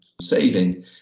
saving